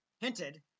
hinted